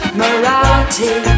morality